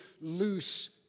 loose